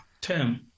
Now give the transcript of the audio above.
term